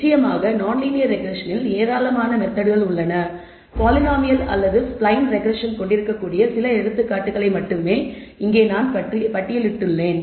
நிச்சயமாக நான் லீனியர் ரெக்ரெஸ்ஸனில் ஏராளமான மெத்தெட்கள் உள்ளன பாலினாமியல் அல்லது ஸ்ப்லைன் ரெக்ரெஸ்ஸன் கொண்டிருக்கக்கூடிய சில எடுத்துக்காட்டுகளை மட்டுமே பட்டியலிட்டுள்ளேன்